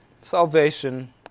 salvation